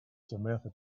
samantha